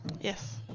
yes